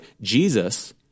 Jesus